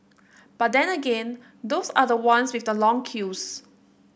but then again those are the ones with the long queues